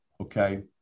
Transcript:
Okay